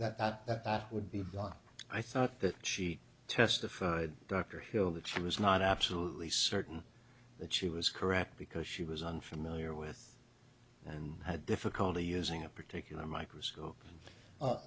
i that that would be i thought that she testified dr hill that she was not absolutely certain that she was correct because she was unfamiliar with and had difficulty using a particular microscope